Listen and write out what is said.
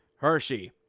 Hershey